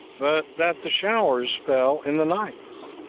but that the showers fell in the nights,